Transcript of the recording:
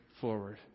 forward